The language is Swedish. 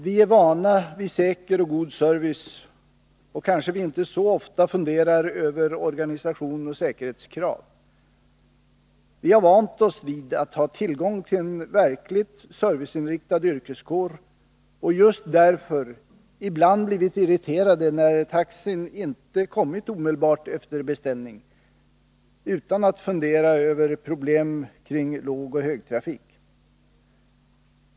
Vi är vana vid säker och god service, och kanske vi inte så ofta funderar över organisation och säkerhetskrav. Vi har vant oss vid att ha tillgång till en verkligt serviceinriktad yrkeskår och just därför ibland blivit irriterade när taxin inte kommit omedelbart efter beställning, utan att fundera över problemen kring lågoch högtrafik.